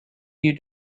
you